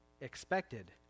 expected